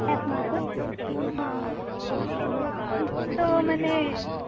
এক মাৰ্চত অঁ ত' মানে